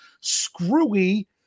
screwy